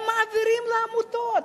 הם מעבירים לעמותות.